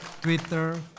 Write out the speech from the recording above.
Twitter